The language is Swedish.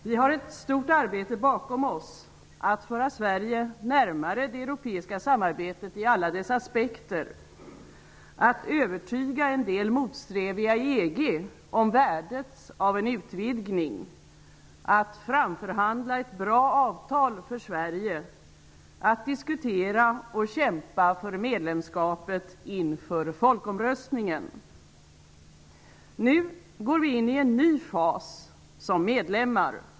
Vi har ett stort arbete bakom oss, att föra Sverige närmare det europeiska samarbetet i alla dess aspekter, att övertyga en del motsträviga i EG om värdet av en utvidgning, att framförhandla ett bra avtal för Sverige, att diskutera och kämpa för medlemskapet inför folkomröstningen. Nu går vi in i en ny fas, som medlemmar.